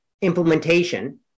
implementation